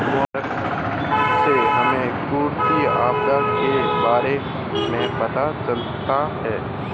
मौसम अलर्ट से हमें कुदरती आफत के बारे में पता चलता है